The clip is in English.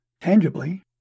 tangibly